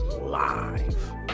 live